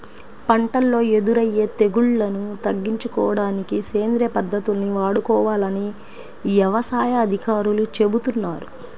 పంటల్లో ఎదురయ్యే తెగుల్లను తగ్గించుకోడానికి సేంద్రియ పద్దతుల్ని వాడుకోవాలని యవసాయ అధికారులు చెబుతున్నారు